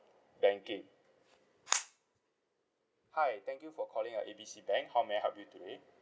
banking hi thank you for calling uh A B C bank how may I help you today